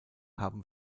haben